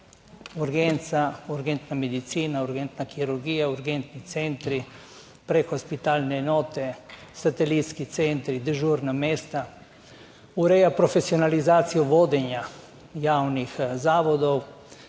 urgenca, urgentna medicina, urgentna kirurgija, urgentni centri, prehospitalne enote, satelitski centri, dežurna mesta. Ureja profesionalizacijo vodenja javnih zavodov.